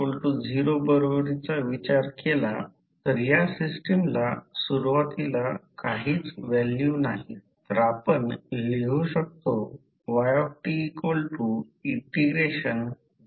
आता मी तुम्हाला सांगितलेला कोजेटीव्ह करंट आहे या कोजेटीव्ह करंटचा अर्थ म्हणजे मग्नेटीक सर्किटमध्ये मग्नेटीक फ्लक्स होण्याचे कारण आहे म्हणूनच हा एक कोजेटीव्ह करंट आहे म्हणून हा फ्लक्स स्थापित करतो